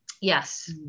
Yes